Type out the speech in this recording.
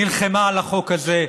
נלחמה על החוק הזה,